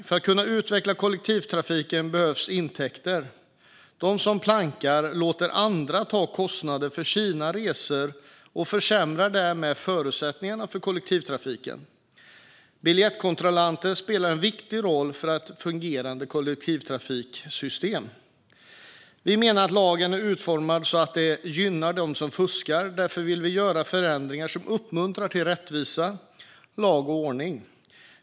För att kollektivtrafiken ska kunna utvecklas behövs intäkter. De som plankar låter andra ta kostnaden för deras resor och försämrar därmed förutsättningarna för kollektivtrafiken. Biljettkontrollanter spelar en viktig roll för ett fungerande kollektivtrafiksystem. Vi menar att lagen är utformad så att det gynnar dem som fuskar. Därför vill vi göra förändringar som uppmuntrar till rättvisa, lag och ordning.